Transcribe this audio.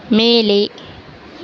மேலே